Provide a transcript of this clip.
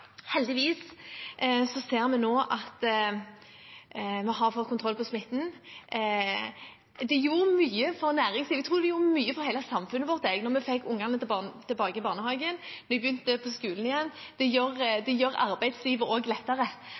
fått kontroll på smitten. Det gjorde mye for næringslivet – og jeg tror det gjorde mye for hele samfunnet vårt – at vi fikk ungene tilbake i barnehage og skole. Det gjør arbeidslivet lettere at ungene er på skolen. Det at vi nå har fått aktivitet igjen hos frisørene, er det